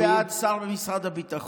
אני מאמין --- אני בעד שר במשרד הביטחון.